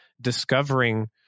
discovering